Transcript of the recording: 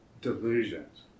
delusions